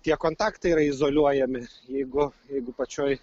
tie kontaktai yra izoliuojami jeigu jeigu pačioj